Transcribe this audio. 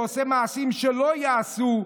ועושה מעשים שלא ייעשו,